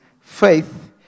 faith